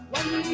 one